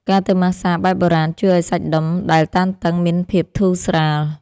ការទៅម៉ាស្សាបែបបុរាណ ជួយឱ្យសាច់ដុំដែលតានតឹងមានភាពធូរស្រាល។